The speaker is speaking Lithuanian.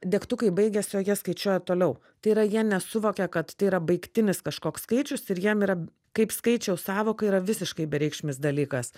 degtukai baigėsi o jie skaičiuoja toliau tai yra jie nesuvokia kad tai yra baigtinis kažkoks skaičius ir jiem yra kaip skaičiaus sąvoka yra visiškai bereikšmis dalykas